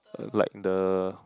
like the